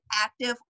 active